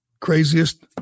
craziest